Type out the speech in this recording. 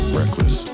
reckless